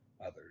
others